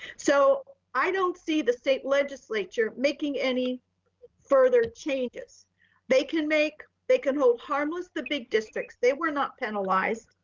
so i don't see the state legislature making any further changes they can make. they can hold harmless. the big districts, they were not penalized.